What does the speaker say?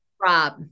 Rob